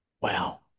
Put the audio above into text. Wow